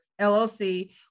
LLC